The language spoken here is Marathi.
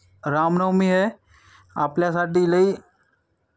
रामनवमी हे आपल्यासाठी लई